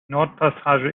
nordpassage